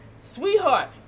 sweetheart